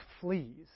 fleas